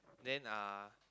then uh